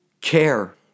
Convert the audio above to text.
care